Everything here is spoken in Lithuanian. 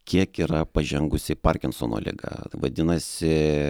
kiek yra pažengusi parkinsono liga vadinasi